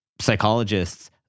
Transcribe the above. psychologists